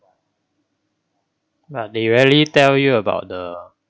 but they rarely tell you about the